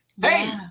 Hey